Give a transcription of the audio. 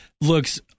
looks